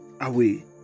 away